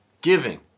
Giving